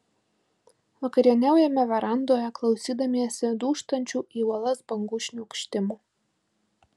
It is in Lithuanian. vakarieniaujame verandoje klausydamiesi dūžtančių į uolas bangų šniokštimo